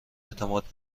اعتماد